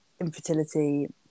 infertility